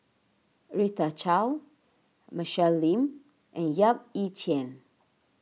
Rita Chao Michelle Lim and Yap Ee Chian